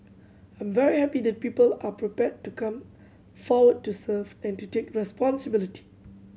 I'm very happy that people are prepared to come forward to serve and to take responsibility